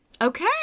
Okay